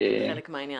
זה חלק מהעניין.